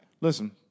Listen